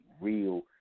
real